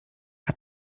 hat